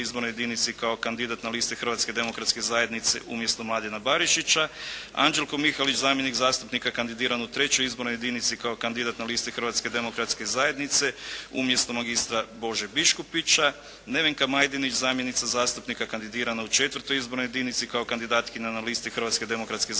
izbornoj jedinici kao kandidat na listi Hrvatske demokratske zajednice umjesto Mladena Barišića, Anđelko Mihalić zamjenik zastupnika kandidiran u III. izbornoj jedinici kao kandidat na listi Hrvatske demokratske zajednice umjesto magistra Bože Biškupića, Nevenka Majdenić zamjenica zastupnika kandidirana u IV. izbornoj jedinici kao kandidatkinja na listi Hrvatske demokratske zajednice